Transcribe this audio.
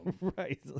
Right